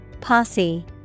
Posse